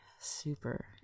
super